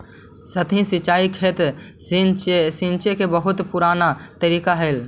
सतही सिंचाई खेत सींचे के बहुत पुराना तरीका हइ